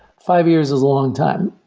five years is a long time.